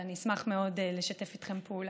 ואני אשמח מאוד לשתף איתכם פעולה.